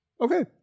Okay